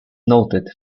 noted